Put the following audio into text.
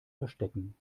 verstecken